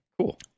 Cool